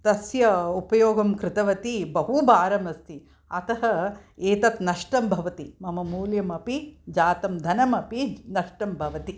तस्य उपयोगं कृतवती बहु भारम् अस्ति अतः एतत् नष्टं भवति मम मूल्यमपि जातं धनमपि नष्टं भवति